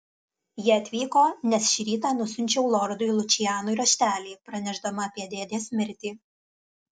jie atvyko nes šį rytą nusiunčiau lordui lučianui raštelį pranešdama apie dėdės mirtį